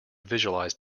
visualise